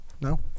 No